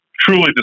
truly